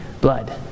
blood